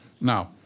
Now